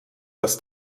das